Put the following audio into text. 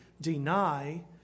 deny